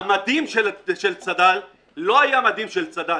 המדים של צד"ל לא היו של צד"ל,